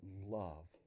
love